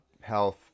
health